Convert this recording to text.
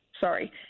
Sorry